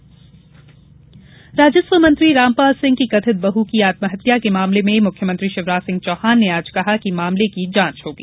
राजस्व मंत्री राजस्व मंत्री रामपाल सिंह की कथित बहू की आत्महत्या के मामले में मुख्यमंत्री शिवराज सिंह चौहान ने आज कहा कि मामले की जांच होगी